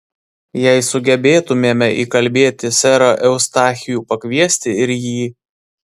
jei sugebėtumėme įkalbėti serą eustachijų pakviesti ir jį